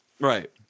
Right